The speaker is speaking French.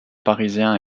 parisiens